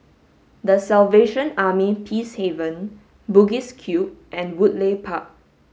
the Salvation Army Peacehaven Bugis Cube and Woodleigh Park